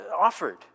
offered